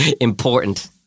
important